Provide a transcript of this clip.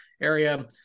area